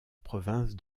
province